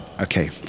Okay